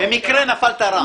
--- במקרה נפלת רע.